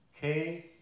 Case